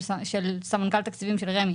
מול סמנכ"ל תקציבים של רמי.